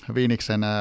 Viiniksen